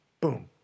boom